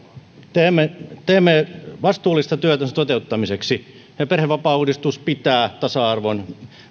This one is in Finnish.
teemme teemme vastuullista työtä sen toteuttamiseksi ja perhevapaauudistus pitää tasa arvon